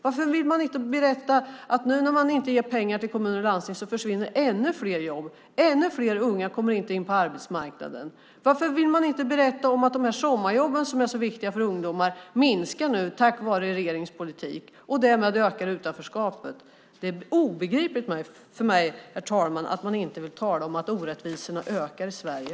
Varför vill man inte berätta att nu när man inte ger pengar till kommuner och landsting försvinner ännu fler jobb och ännu fler unga kommer inte in på arbetsmarknaden? Varför vill man inte berätta om att de sommarjobb som är så viktiga för ungdomar nu minskar på grund av regeringens politik och därmed ökar utanförskapet? Herr talman! Det är obegripligt för mig att man inte vill tala om att orättvisorna ökar i Sverige.